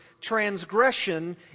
transgression